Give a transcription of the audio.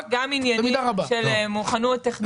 יש גם עניינים של מוכנות טכנולוגית.